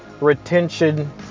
retention